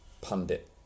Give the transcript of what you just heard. pundit